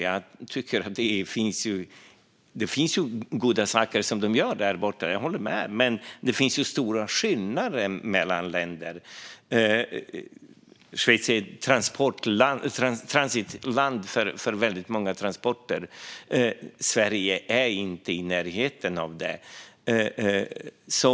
Jag håller med om att det finns goda saker som de gör där, men det finns samtidigt stora skillnader mellan länderna. Schweiz är ett transitland för väldigt många transporter. Sverige är inte i närheten av det.